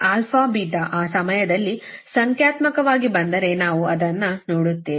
α ಆ ಸಮಯದಲ್ಲಿ ಸಂಖ್ಯಾತ್ಮಕವಾಗಿ ಬಂದರೆ ನಾವು ಅದನ್ನು ನೋಡುತ್ತೇವೆ